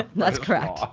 ah that's correct.